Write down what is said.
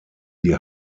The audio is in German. die